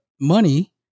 money